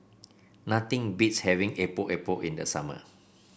nothing beats having Epok Epok in the summer